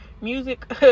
Music